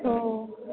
हो